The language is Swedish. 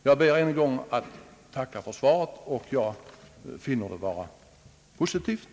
Jag ber än en gång att få tacka för svaret, som jag finner vara positivt.